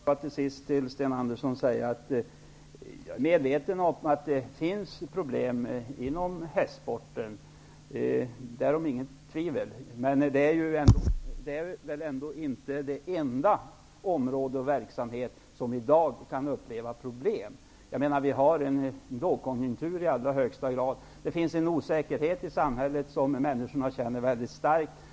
Herr talman! Till sist, Sten Andersson i Malmö, vill jag säga att jag är medveten om de problem som finns inom hästsporten. Därom råder inget tvivel. Men hästsporten är inte det enda området eller den enda verksamheten där problem i dag upplevs. Det är ju lågkonjunktur i allra högsta grad. Vidare finns det en osäkerhet i samhället, och människorna känner väldigt starkt av den.